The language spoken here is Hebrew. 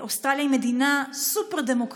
אוסטרליה היא מדינה סופר-דמוקרטית,